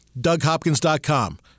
DougHopkins.com